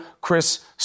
Chris